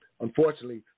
unfortunately